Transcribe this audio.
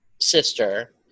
sister